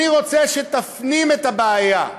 אני רוצה שתפנים את הבעיה,